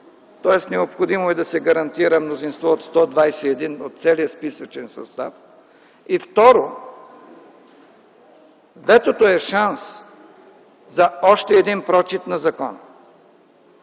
тоест необходимо е да се гарантира мнозинство от 121 от целия списъчен състав, и второ – ветото е шанс за още един прочит на закона.